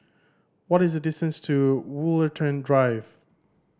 what is the distance to Woollerton Drive